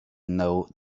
know